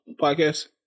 podcast